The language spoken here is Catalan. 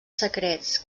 secrets